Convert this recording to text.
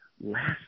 last